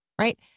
Right